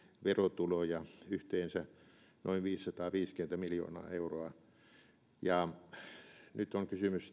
verotuloja vuonna kaksituhattakaksikymmentä yhteensä noin viisisataaviisikymmentä miljoonaa euroa nyt tässä on kysymys siitä että